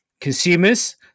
consumers